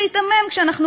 להיתמם?